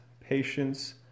patience